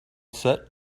set